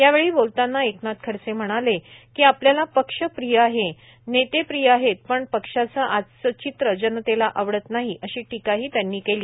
यावेळी बोलताना एकनाथ खडसे म्हणाले की आपल्याला पक्ष प्रिय आहे नेते प्रिय आहेत पण पक्षाचं आजचं चित्र जनतेला आवडत नाही अशी टिकाही खडसे यांनी केली